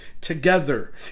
together